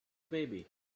baby